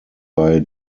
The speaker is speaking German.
bei